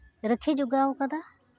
ᱨᱟᱹᱠᱷᱤ ᱡᱚᱜᱟᱣ ᱟᱠᱟᱫᱟ